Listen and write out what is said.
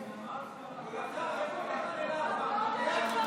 פורסמו נתונים,